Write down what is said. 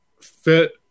fit